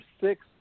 six